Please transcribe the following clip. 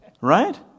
Right